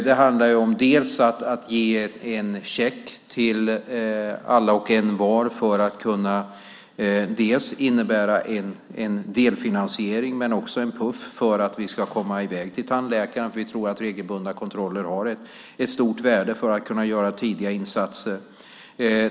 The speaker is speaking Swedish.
Det handlade bland annat om att ge en check till alla och envar som en delfinansiering och en puff för oss att komma i väg till tandläkaren. Vi tror att regelbundna kontroller har ett stort värde för att göra tidiga insatser.